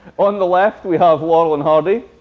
on the left, we have laurel and hardy,